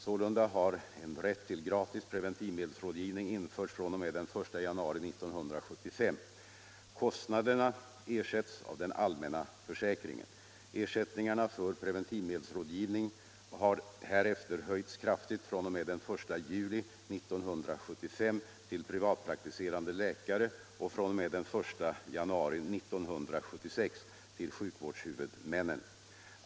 Sålunda har en rätt till gratis preventivmedelsrådgivning införts fr.o.m. den 1 januari 1975. Kostnaderna ersätts av den allmänna försäkringen. Ersättningarna för preventivmedelsrådgivning har härefter höjts kraftigt, fr.o.m. den 1 juli 1975 till privatpraktiserande läkare och fr.o.m. den 1 januari 1976 till sjukvårdshuvudmännen.